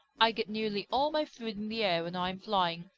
i get nearly all my food in the air when i am flying,